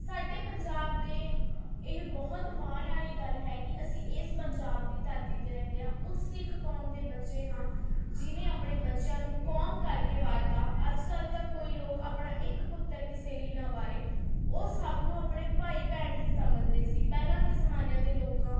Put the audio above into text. ਸਾਡੇ ਪੰਜਾਬ ਦੇ ਇਹ ਬਹੁਤ ਮਾਣ ਵਾਲੀ ਗੱਲ ਹੈ ਕਿ ਅਸੀਂ ਇਸ ਪੰਜਾਬ ਦੀ ਧਰਤੀ 'ਤੇ ਰਹਿੰਦੇ ਹਾਂ ਉਸ ਸਿੱਖ ਕੌਮ ਦੇ ਬੱਚੇ ਹਾਂ ਜਿਹਨੇ ਆਪਣੇ ਬੱਚਿਆਂ ਨੂੰ ਕੌਮ ਕਰਕੇ ਵਾਰਤਾ ਅੱਜ ਕੱਲ੍ਹ ਤਾਂ ਕੋਈ ਲੋਕ ਆਪਣਾ ਇੱਕ ਪੁੱਤਰ ਕਿਸੇ ਲਈ ਨਾ ਵਾਰੇ ਉਹ ਸਭ ਨੂੰ ਆਪਣੇ ਭਾਈ ਭੈਣ ਹੀ ਸਮਝਦੇ ਸੀ ਪਹਿਲਾਂ ਦੇ ਜ਼ਮਾਨਿਆਂ ਦੇ ਲੋਕਾਂ